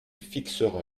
fixera